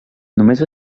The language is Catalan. només